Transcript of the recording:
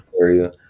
area